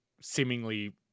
seemingly